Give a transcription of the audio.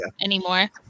anymore